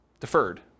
Deferred